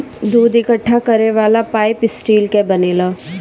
दूध इकट्ठा करे वाला पाइप स्टील कअ बनेला